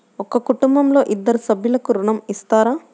ఒక కుటుంబంలో ఇద్దరు సభ్యులకు ఋణం ఇస్తారా?